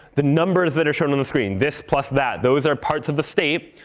the numbers that are shown on the screen this plus that those are parts of the state,